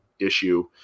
issue